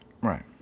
Right